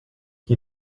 qui